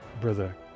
Brother